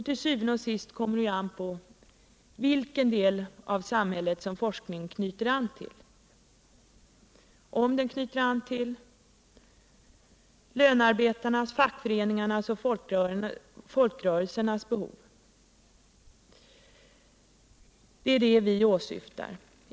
Til syvende og sidst kommer det ju an på vilken det av samhället som forskningen knyter an till, om den knyter an till lönarbetarnas, fackföreningarnas och folkrörelsernas behov. Det är detta vi åsyftar.